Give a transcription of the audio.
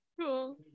Cool